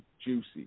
Juicy